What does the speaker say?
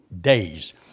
days